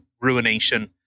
ruination